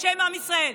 בשם עם ישראל,